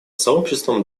сообществом